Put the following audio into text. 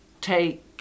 take